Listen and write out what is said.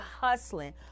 hustling